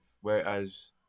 Whereas